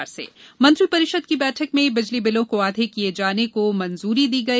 मंत्री परिषद बैठक मंत्री परिषद की बैठक में बिजली बिलों को आधे किये जाने को मंजूरी दी गई